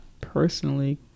personally